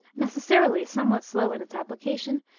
necessarily somewhat slow in its application,